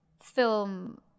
film